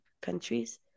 countries